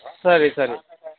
ಸರಿ ಸರಿ